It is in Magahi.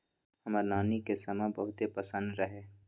हमर नानी के समा बहुते पसिन्न रहै